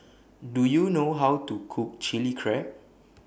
Do YOU know How to Cook Chilli Crab